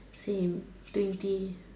same twenty